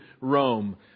Rome